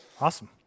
Awesome